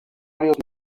varios